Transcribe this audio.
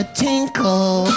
tinkle